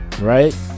Right